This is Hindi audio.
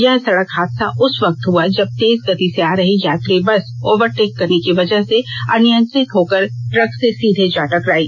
यह सड़क हादसा उस वक्त हुआ जब तेज गति से जा रही यात्री बस ओवरटेक करने की वजह से अनियंत्रित होकर ट्रक से जा टकराई